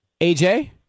AJ